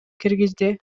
киргизди